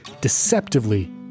deceptively